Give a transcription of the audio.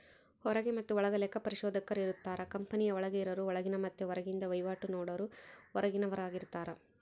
ಹೊರಗ ಮತೆ ಒಳಗ ಲೆಕ್ಕ ಪರಿಶೋಧಕರಿರುತ್ತಾರ, ಕಂಪನಿಯ ಒಳಗೆ ಇರರು ಒಳಗಿನ ಮತ್ತೆ ಹೊರಗಿಂದ ವಹಿವಾಟು ನೋಡರು ಹೊರಗಿನವರಾರ್ಗಿತಾರ